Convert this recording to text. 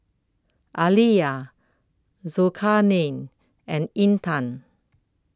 Alya Zulkarnain and Intan